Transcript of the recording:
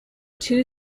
two